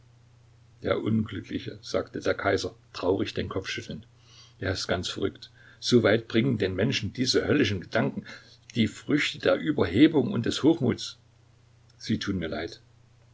der unglückliche sagte der kaiser traurig den kopf schüttelnd er ist ganz verrückt so weit bringen den menschen diese höllischen gedanken die früchte der überhebung und des hochmuts sie tun mir leid